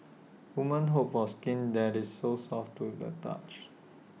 woman hope for skin that is so soft to the touch